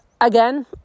Again